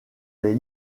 les